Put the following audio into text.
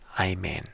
Amen